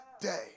day